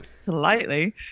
Slightly